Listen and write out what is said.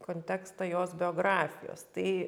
kontekstą jos biografijos tai